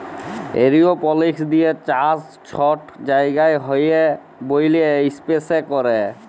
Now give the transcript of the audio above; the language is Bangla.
এরওপলিক্স দিঁয়ে চাষ ছট জায়গায় হ্যয় ব্যইলে ইস্পেসে ক্যরে